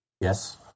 Yes